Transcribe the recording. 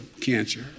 cancer